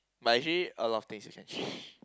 but actually a lot of things you can change